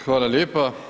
Hvala lijepa.